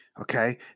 Okay